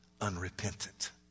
unrepentant